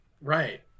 Right